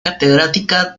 catedrática